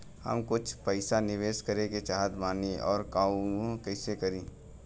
हम कुछ पइसा निवेश करे के चाहत बानी और कहाँअउर कइसे करी?